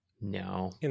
No